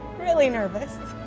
really nervous.